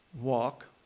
Walk